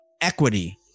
equity